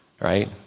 Right